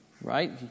right